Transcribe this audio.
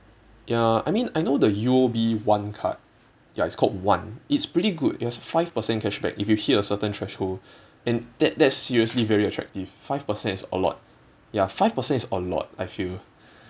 ya I mean I know the U_O_B one card ya it's called one it's pretty good it has five percent cashback if you hit a certain threshold and that that's seriously very attractive five percent is a lot ya five percent is a lot I feel